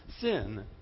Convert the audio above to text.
sin